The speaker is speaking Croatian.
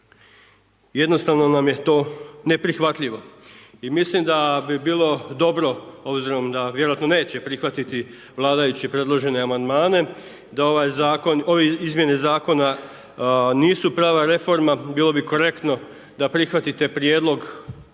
Jednostavno vam je to neprihvatljivo. I mislim da bi bilo dobro obzirom da vjerojatno neće prihvatiti vladajući predložene amandmane, da ove izmjene zakona nisu prava reforma, bilo bi korektno da prihvatite prijedlog